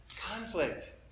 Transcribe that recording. Conflict